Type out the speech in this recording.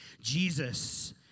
Jesus